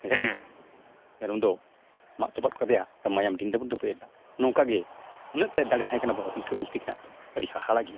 ᱢᱮᱲᱦᱮᱫ ᱨᱤᱱᱤᱡ ᱢᱮᱨᱚᱢ ᱫᱚ ᱢᱟᱜ ᱛᱚᱯᱟᱜ ᱠᱮᱫᱮᱭᱟ ᱢᱟᱭᱟᱝ ᱰᱤᱝ ᱰᱟᱹᱵᱩᱨᱮᱱᱟ ᱱᱚᱝᱠᱟᱜᱮ ᱱᱩᱱᱟᱹᱜ ᱛᱟᱭ ᱫᱟᱲᱮ ᱛᱟᱦᱮᱸ ᱠᱟᱱᱟ ᱵᱟᱵᱟ ᱛᱤᱞᱠᱟᱹ ᱢᱟᱹᱡᱷᱤ ᱛᱟᱹᱠᱤᱱᱟᱜ ᱫᱚ ᱟᱹᱰᱤ ᱦᱟᱦᱟᱲᱟᱜ ᱜᱮᱭᱟ